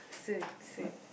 soon soon